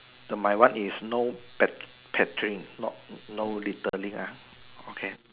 the my one is no pat patrine no no littering ah okay